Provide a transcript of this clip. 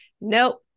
nope